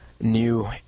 new